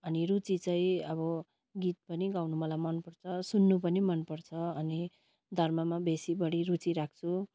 अनि रुचि चाहिँ अब गीत पनि गाउनु मलाई मनपर्छ सुन्नु पनि मनपर्छ अनि धर्ममा बेसी बढी रुचि राख्छु